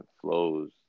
flows